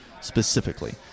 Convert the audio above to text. specifically